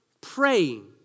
praying